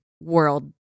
world